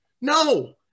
no